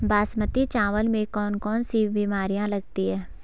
बासमती चावल में कौन कौन सी बीमारियां लगती हैं?